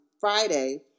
friday